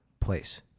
place